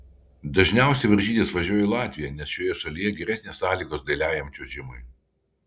dažniausiai varžytis važiuoja į latviją nes šioje šalyje geresnės sąlygos dailiajam čiuožimui